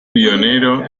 pionero